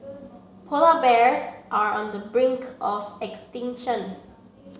polar bears are on the brink of extinction